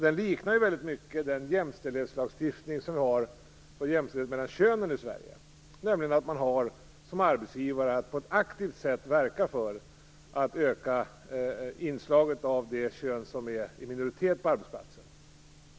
Den liknar väldigt mycket den lagstiftning vi har när det gäller jämställdhet mellan könen i Sverige. Som arbetsgivare skall man på ett aktivt sätt verka för att öka inslaget av det kön som är i minoritet på arbetsplatsen.